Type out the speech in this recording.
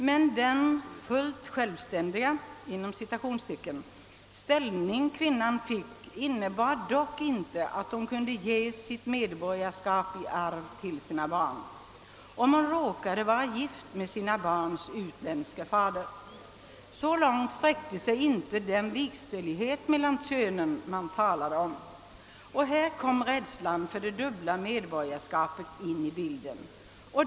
Men den »fullt självständiga» ställning kvinnan fick innebar ändock inte att hon kunde ge sitt medborgarskap i arv till sina barn, om hon råkade vara gift med sina barns utländske fader. — Så långt sträckte sig inte den likställdhet mellan könen som man talade om! Och här kom rädslan för det dubbla medborgarskapet in i bilden.